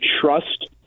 trust